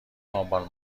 آبان